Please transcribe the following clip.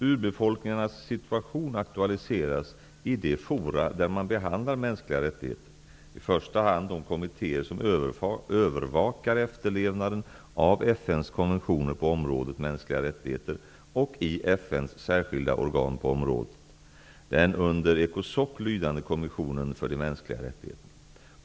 Urbefolkningarnas situation aktualiseras i de fora där man behandlar mänskliga rättigheter, i första hand de kommittéer som övervakar efterlevnaden av FN:s konventioner på området mänskliga rättigheter och i FN:s särskilda organ på området, den under ECOSOC lydande kommissionen för de mänskliga rättigheterna.